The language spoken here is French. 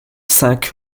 cinq